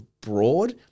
broad